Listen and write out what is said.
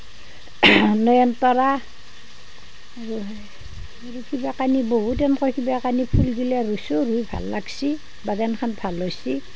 নয়নতৰা আৰু কিবা কানি বহুত তেনেকৈ কিবা কানি ফুলগিলা ৰুইছোঁ ৰুই ভাল লাগছি বাগানখন ভাল হৈছি